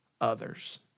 others